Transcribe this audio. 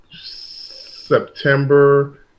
September